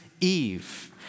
Eve